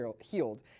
healed